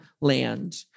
land